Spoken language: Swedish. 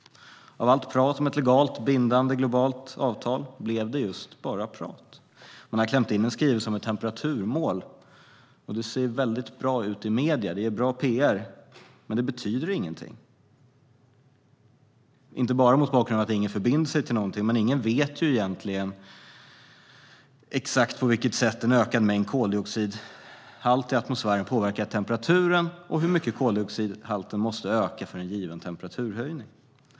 Av allt prat om ett legalt bindande globalt avtal blev det just bara prat. Man har klämt in en skrivelse om ett temperaturmål. Det ser ju bra ut i medierna och är bra pr, men det betyder ingenting, inte bara mot bakgrund av att ingen förbinder sig till någonting, utan också för att ingen egentligen vet exakt på vilket sätt en ökad mängd koldioxid i atmosfären påverkar temperaturen och hur mycket koldioxidhalten måste öka för en given temperaturhöjning.